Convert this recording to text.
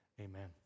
Amen